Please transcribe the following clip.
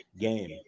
game